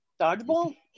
Dodgeball